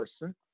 person